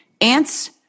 ants